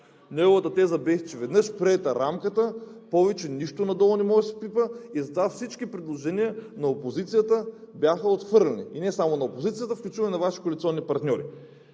Неговата теза беше, че веднъж приета рамката, повече нищо надолу не може да се пипа и затова всички предложения на опозицията бяха отхвърлени, и не само на опозицията, включително и на Вашите коалиционни партньори.